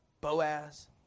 Boaz